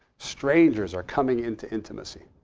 strangers are coming into intimacy.